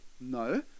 No